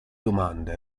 domanda